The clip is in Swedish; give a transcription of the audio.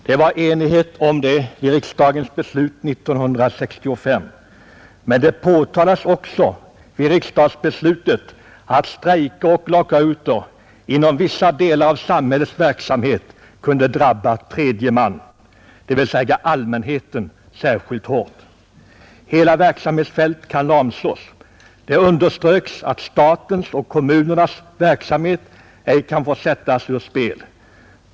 Det var enighet om det vid riksdagens beslut 1965, men samtidigt framhölls att strejker och lockouter inom vissa delar av samhällets verksamhet kunde drabba tredje man, dvs. allmänheten, särskilt hårt. Hela verksamhetsfält kan lamslås. Det underströks att statens och kommunernas verksamhet ej kan få sättas ur spel.